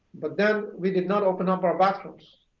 but then we did not open up our bathrooms